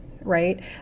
right